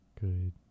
good